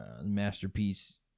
Masterpiece